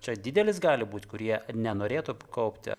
čia didelis gali būt kurie nenorėtų kaupti